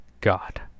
God